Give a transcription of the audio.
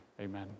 Amen